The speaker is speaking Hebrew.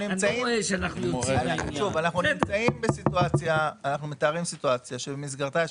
אנחנו מתארים סיטואציה שבמסגרתה יש